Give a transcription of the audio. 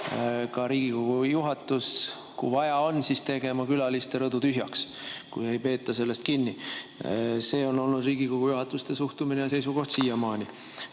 Riigikogu juhatus ja kui vaja on, siis tegema külaliste rõdu tühjaks, kui muidu ei peeta sellest [nõudest] kinni. Selline on olnud Riigikogu juhatuste suhtumine ja seisukoht siiamaani. Nüüd